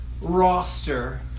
roster